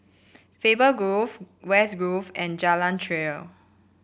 Faber Grove West Grove and Jalan Krian